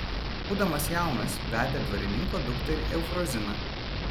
būdamas jaunas vedė dvarininko dukterį eufroziną